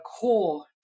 core